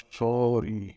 sorry